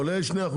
עולה 2%,